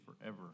forever